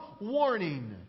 warning